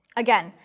again,